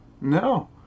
no